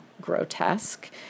grotesque